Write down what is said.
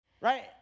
right